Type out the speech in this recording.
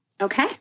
okay